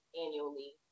annually